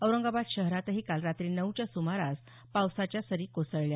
औरंगाबाद शहरातही काल रात्री नऊच्या सुमारास पावसाच्या सरी कोसळल्या